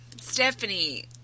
Stephanie